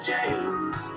James